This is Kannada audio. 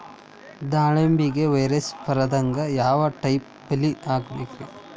ದಾಳಿಂಬೆಗೆ ವೈರಸ್ ಬರದಂಗ ಯಾವ್ ಟೈಪ್ ಬಲಿ ಹಾಕಬೇಕ್ರಿ?